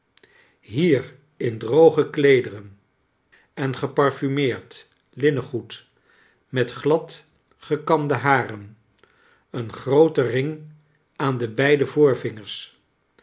hier in droge kleederen en geparfumeerd linnengoed met glad gekamde haren een grooten ring aan de beide